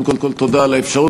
קודם כול תודה על האפשרות.